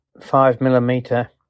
five-millimeter